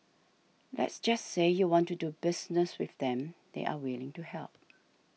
let's just say you want to do business with them they're willing to help